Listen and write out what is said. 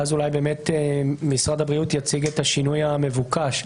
ואז אולי משרד הבריאות יציג את השינוי המבוקש.